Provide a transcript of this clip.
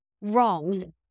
wrong